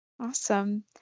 Awesome